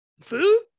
food